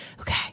okay